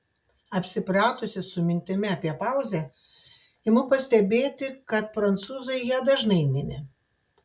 apsipratusi su mintimi apie pauzę imu pastebėti kad prancūzai ją dažnai mini